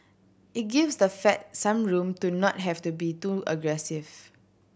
it gives the Fed some room to not have to be too aggressive